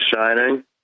shining